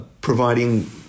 providing